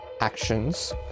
actions